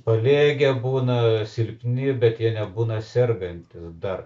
paliegę būna silpni bet jie nebūna sergantys dar